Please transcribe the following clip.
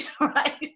right